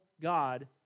God